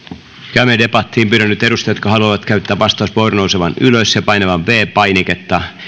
käymme debattiin pyydän nyt edustajia jotka haluavat käyttää vastauspuheenvuoron nousemaan ylös ja painamaan viides painiketta